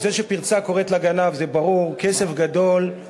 להכנתה, על-פי מה שכתוב לי פה,